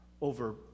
over